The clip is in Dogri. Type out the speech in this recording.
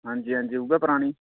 हंजी हंजी उ'ऐ परानी